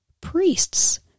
priests